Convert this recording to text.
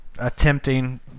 Attempting